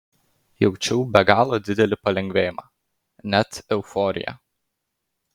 jaučiau be galo didelį palengvėjimą net euforiją